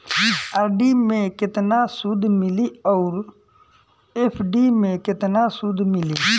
RD मे केतना सूद मिली आउर एफ.डी मे केतना सूद मिली?